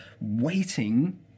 waiting